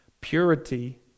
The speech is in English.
purity